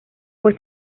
fue